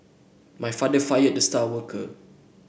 my father fired the star worker